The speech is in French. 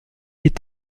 est